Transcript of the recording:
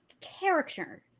Character